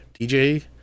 DJ